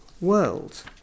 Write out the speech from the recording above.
world